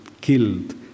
killed